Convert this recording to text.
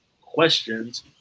questions